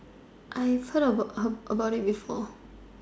I've heard of er about it before